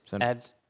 add